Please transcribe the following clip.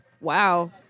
Wow